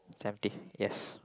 seventy yes